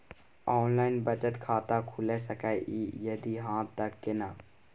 Online बचत खाता खुलै सकै इ, यदि हाँ त केना?